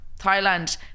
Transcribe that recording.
Thailand